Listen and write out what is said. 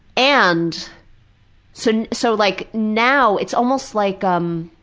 and so so like now it's almost like um,